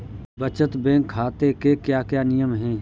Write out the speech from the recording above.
बचत बैंक खाते के क्या क्या नियम हैं?